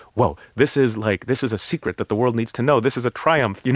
whoa, this is like this is a secret that the world needs to know. this is a triumph. you know